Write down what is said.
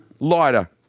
lighter